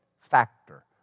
factor